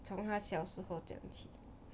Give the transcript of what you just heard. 从它小时候讲起